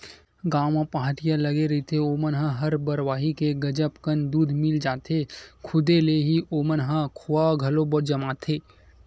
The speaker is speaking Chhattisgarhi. गाँव म पहाटिया लगे रहिथे ओमन ल हर बरवाही के गजब कन दूद मिल जाथे, खुदे ले ही ओमन ह खोवा घलो जमाथे